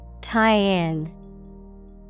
Tie-in